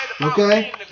Okay